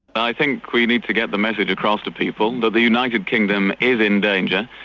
i think we need to get the message across to people that the united kingdom is in danger,